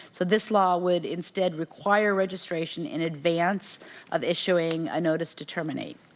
so this law would instead require registration in advance of issuing a notice to terminate.